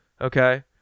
Okay